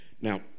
now